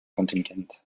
kontingent